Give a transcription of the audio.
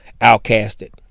outcasted